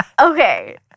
Okay